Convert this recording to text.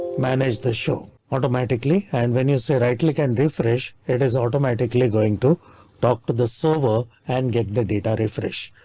manage the show automatically and when you say right click and refresh it is automatically going to talk to the server and get the data refresh.